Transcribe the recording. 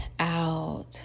out